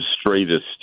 straightest